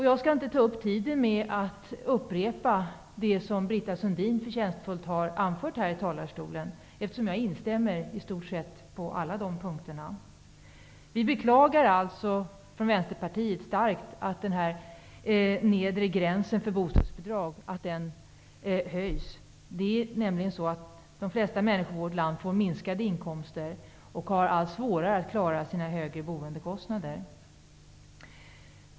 Jag skall inte ta upp tiden med att upprepa det som Britta Sundin förtjänstfullt har anfört från denna talarstol, eftersom jag instämmer på i stort sett alla de punkterna. Vi beklagar alltså från Vänsterpartiet starkt att den nedre gränsen för bostadsbidrag höjs. Det är nämligen så att de flesta människor i vårt land får minskade inkomster och får det allt svårare att klara sina boendekostnader.